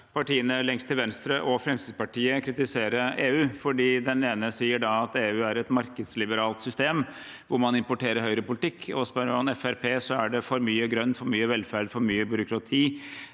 partiene lengst til venstre og Fremskrittspartiet kritisere EU, for den ene siden sier at EU er et markedsliberalt system hvor man importerer høyrepolitikk, og spør man Fremskrittspartiet, er det for mye grønt, for mye velferd og for mye byråkrati